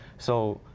so